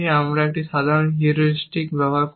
আমরা একটি সাধারণ হিউরিস্টিক ব্যবহার করব